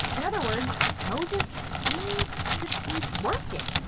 in other words, moses seemed to be working